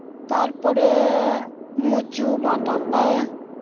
ᱛᱟᱨᱯᱚᱨᱮ ᱢᱩᱪᱩ ᱵᱟ ᱴᱟᱯᱟ